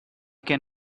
can